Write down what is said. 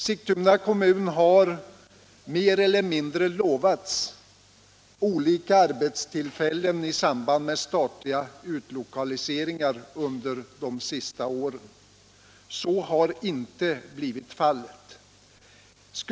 Sigtuna kommun har mer eller mindre lovats olika arbetstillfällen i samband med statliga utlokaliseringar under de senaste åren, men dessa löften har inte infriats.